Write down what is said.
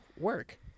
work